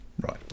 Right